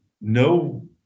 no